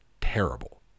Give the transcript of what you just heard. terrible